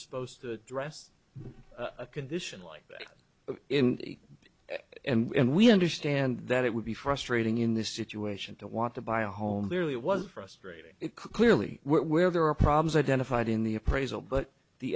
supposed to dress in a condition like that in and we understand that it would be frustrating in this situation to want to buy a home nearly it was frustrating clearly where there are problems identified in the appraisal but the